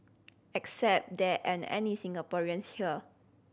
except there aren't any Singaporeans here